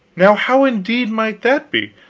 now how indeed might that be?